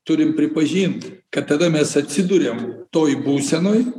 turim pripažint kad tada mes atsiduriam toj būsenoj